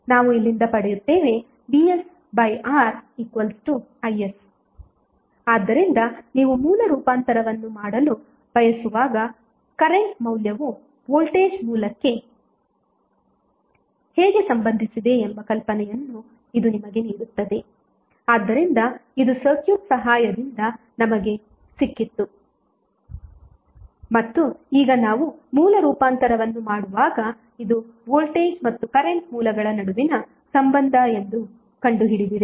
ನಾವು ಇಲ್ಲಿಂದ ಪಡೆಯುತ್ತೇವೆ vsRis ಆದ್ದರಿಂದ ನೀವು ಮೂಲ ರೂಪಾಂತರವನ್ನು ಮಾಡಲು ಬಯಸಿದಾಗ ಕರೆಂಟ್ ಮೂಲವು ವೋಲ್ಟೇಜ್ ಮೂಲಕ್ಕೆ ಹೇಗೆ ಸಂಬಂಧಿಸಿದೆ ಎಂಬ ಕಲ್ಪನೆಯನ್ನು ಇದು ನಿಮಗೆ ನೀಡುತ್ತದೆ ಆದ್ದರಿಂದ ಇದು ಸರ್ಕ್ಯೂಟ್ ಸಹಾಯದಿಂದ ನಮಗೆ ಸಿಕ್ಕಿತು ಮತ್ತು ಈಗ ನಾವು ಮೂಲ ರೂಪಾಂತರವನ್ನು ಮಾಡುವಾಗ ಇದು ವೋಲ್ಟೇಜ್ ಮತ್ತು ಕರೆಂಟ್ ಮೂಲಗಳ ನಡುವಿನ ಸಂಬಂಧ ಎಂದು ಕಂಡುಹಿಡಿದಿದೆ